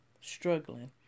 struggling